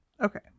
okay